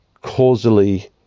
causally